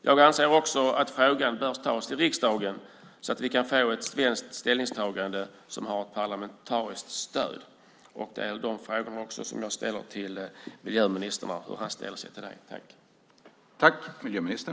Jag anser också att frågan bör tas till riksdagen så att vi kan få ett svenskt ställningstagande som har ett parlamentariskt stöd. Hur ställer sig miljöministern till dessa frågor?